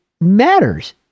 matters